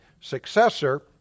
successor